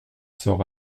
sort